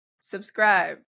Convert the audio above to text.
Subscribe